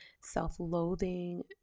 self-loathing